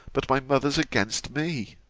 but my mother's against me.